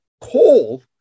coal